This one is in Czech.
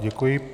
Děkuji.